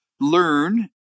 learn